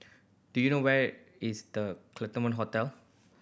do you know where is The Claremont Hotel